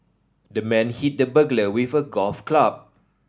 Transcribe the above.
the man hit the burglar with a golf club